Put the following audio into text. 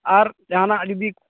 ᱟᱨ ᱡᱟᱦᱟᱸᱱᱟᱜ ᱡᱩᱫᱤ